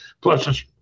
plus